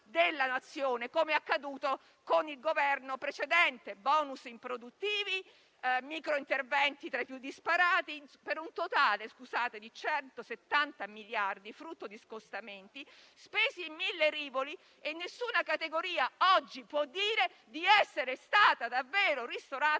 della Nazione, come è accaduto con il Governo precedente che ha varato *bonus* improduttivi e microinterventi tra i più disparati per un totale di 170 miliardi, frutto di scostamenti spesi in mille rivoli per cui oggi nessuna categoria può dire di essere stata davvero ristorata